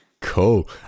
Cool